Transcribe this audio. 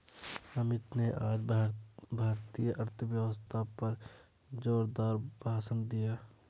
अमित ने आज भारतीय अर्थव्यवस्था पर जोरदार भाषण दिया